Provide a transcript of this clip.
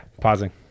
pausing